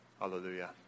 Hallelujah